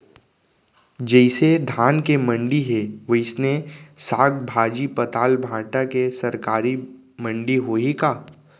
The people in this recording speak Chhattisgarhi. जइसे धान के मंडी हे, वइसने साग, भाजी, पताल, भाटा के सरकारी मंडी होही का?